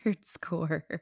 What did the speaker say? score